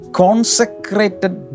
consecrated